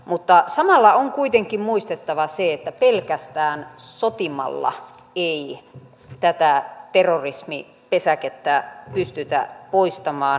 mutta samalla on kuitenkin muistettava se että pelkästään sotimalla ei tätä terrorismipesäkettä pystytä poistamaan